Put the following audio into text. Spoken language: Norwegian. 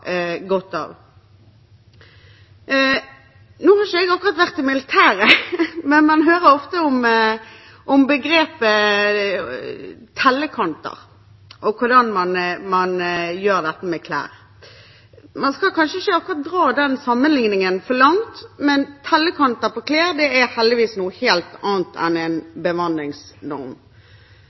godt av. Nå har ikke jeg vært i militæret, men man hører ofte om begrepet «tellekanter» og hvordan man gjør med klær. Man skal kanskje ikke akkurat dra den sammenligningen for langt, tellekanter på klær er heldigvis noe helt annet enn en bemanningsnorm.